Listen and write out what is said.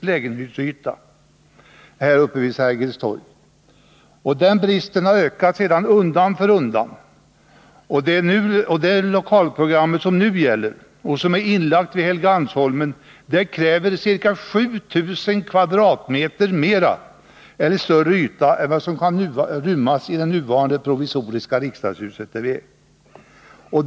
lägenhetsyta vid Sergels torg. Den bristen har sedan ökat undan för undan, och det lokalprogram som nu gäller — och som är inlagt vid Helgeandsholmen — kräver ca 7 000 m? större yta än vad som kan rymmas i det nuvarande provisoriska riksdagshuset.